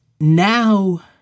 now